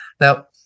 now